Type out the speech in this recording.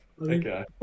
okay